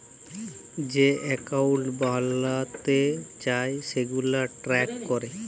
যে একাউল্ট বালাতে চায় সেগুলাকে ট্র্যাক ক্যরে